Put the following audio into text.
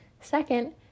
Second